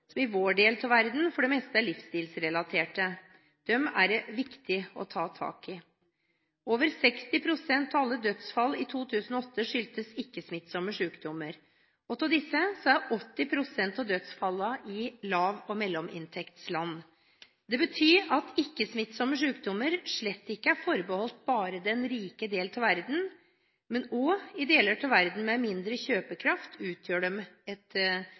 i vår del av verden for det meste er livsstilsrelatert. Dem er det viktig å ta tak i. Over 60 pst. av alle dødsfall i 2008 skyldtes ikke-smittsomme sykdommer, og av disse er 80 pst. i lav- og mellominntektsland. Det betyr at ikke-smittsomme sykdommer slett ikke er forbeholdt bare den rike del av verden. Også i deler av verden med mindre kjøpekraft utgjør de et